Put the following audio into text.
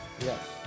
Yes